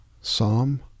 Psalm